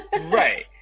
Right